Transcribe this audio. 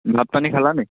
ভাত পানী খালা নেকি